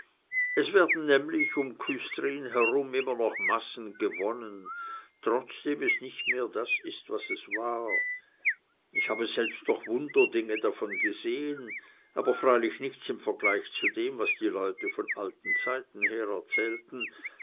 es werden nämlich um küstrin herum immer noch massen gewonnen trotzdem es nicht mehr das ist was es war ich habe selbst noch wunderdinge davon gesehen aber freilich nichts in vergleich zu dem was die leute von alten zeiten her